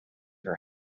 her